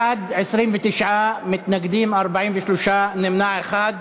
בעד, 29, מתנגדים, 43, נמנע אחד.